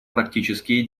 практические